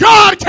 God